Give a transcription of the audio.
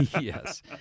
Yes